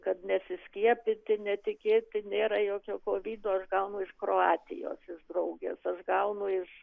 kad nesiskiepyti netikėti nėra jokio kovido aš gaunu iš kroatijos iš draugės aš gaunu iš